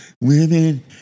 women